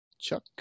Chuck